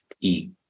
eat